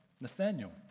Nathaniel